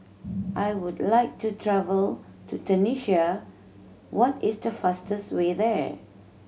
I would like to travel to Tunisia what is the fastest way there